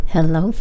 Hello